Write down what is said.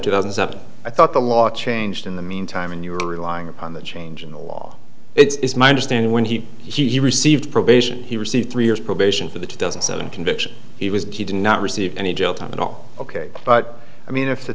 into thousands of i thought the law changed in the meantime and you are relying upon the change in the law it's my understanding when he he he received probation he received three years probation for the two dozen seven conviction he was key did not receive any jail time at all ok but i mean if the